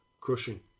crushing